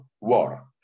war